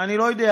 ואני לא יודע,